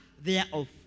thereof